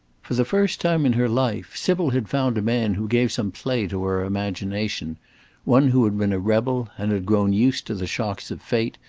for the first time in her life, sybil had found a man who gave some play to her imagination one who had been a rebel, and had grown used to the shocks of fate,